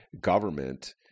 government